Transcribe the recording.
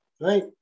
right